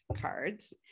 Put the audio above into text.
cards